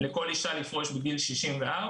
לכל אישה לפרוש בגיל 64,